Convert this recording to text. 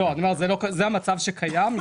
זה המצב שקיים.